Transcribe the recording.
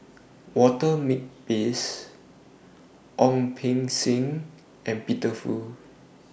Walter Makepeace Ong Beng Seng and Peter Fu